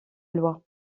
loi